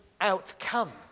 outcome